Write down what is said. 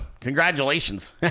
Congratulations